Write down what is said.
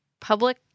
public